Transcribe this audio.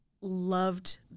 loved